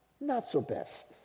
not-so-best